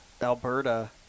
Alberta